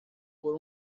por